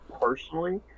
Personally